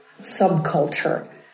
subculture